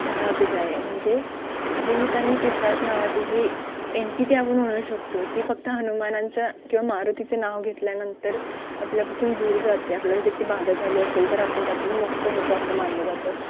भाग जाय म्हणजे भूत आणि पिशाच नावाची जी एंटीटी आपण म्हणू शकतो ती फक्त हनुमानांच किंवा मारुतीचं नाव घेतल्यानंतर आपल्यापासून दूर जाते आपल्याला त्याची बाधा झाली असेल तर आपण त्यातून मुक्त होतं असं मानलं जातं